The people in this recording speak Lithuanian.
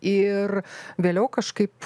ir vėliau kažkaip